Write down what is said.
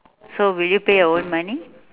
so will you pay your own money